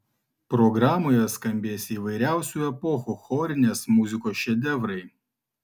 programoje skambės įvairiausių epochų chorinės muzikos šedevrai